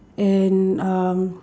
and um